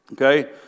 Okay